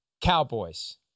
Cowboys